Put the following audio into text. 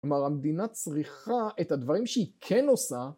כלומר המדינה צריכה את הדברים שהיא כן עושה